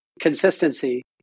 consistency